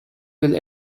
will